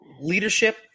leadership